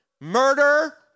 murder